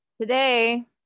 today